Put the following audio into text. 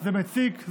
זה מציק,